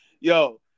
Yo